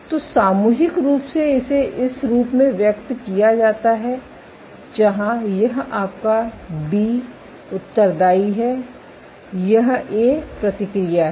तो सामूहिक रूप से इसे इस रूप में व्यक्त किया जाता है जहां यह आपका बी उत्तरदायी है यह ए प्रतिक्रिया है